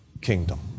kingdom